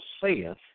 saith